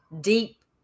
Deep